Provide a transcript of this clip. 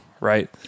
right